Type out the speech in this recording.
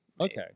Okay